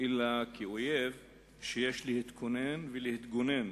אלא כאויב שיש להתכונן ולהתגונן